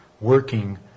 working